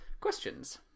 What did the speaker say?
questions